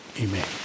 Amen